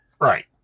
Right